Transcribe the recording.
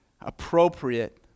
appropriate